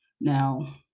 Now